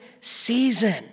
season